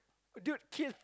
dude Keith